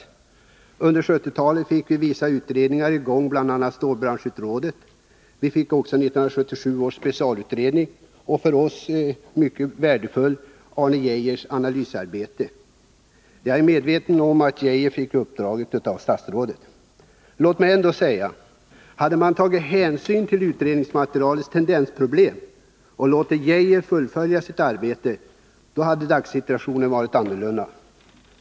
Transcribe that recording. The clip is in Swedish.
Under 1970-talet fick vi vissa utredningar i gång, bl.a. stålbranschrådet. Vi fick också 1977 års specialstålsutredning och — för oss mycket värdefullt — Arne Geijers analysarbete. Jag är medveten om att Geijer fick uppdraget av statsrådet. Låt mig ändock säga: Hade man tagit hänsyn till utredningsmaterialets tendensproblem och låtit Geijer fullfölja sitt arbete, hade dagssituationen varit annorlunda.